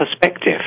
perspective